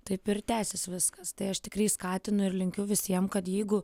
taip ir tęsis viskas tai aš tikrai skatinu ir linkiu visiem kad jeigu